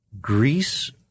Greece